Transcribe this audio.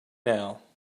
now